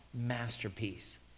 masterpiece